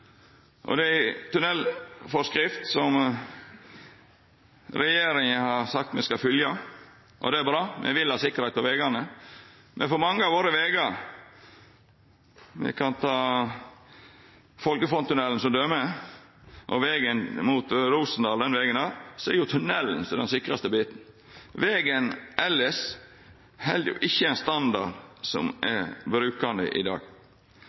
Det er ei tunnelforskrift som regjeringa har sagt me skal følgja, og det er bra, me vil ha sikkerheit på vegane. Men for mange av vegane våre – me kan ta Folgefonntunnelen og vegen mot Rosendal som døme – er det tunnelen som er den sikraste biten. Vegen elles held ikkje ein standard som er brukande i dag.